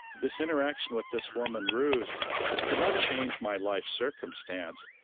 this interaction with this woman ruth did not change my life circumstance.